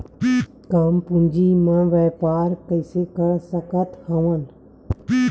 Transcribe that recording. कम पूंजी म व्यापार कइसे कर सकत हव?